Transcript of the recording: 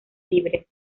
libres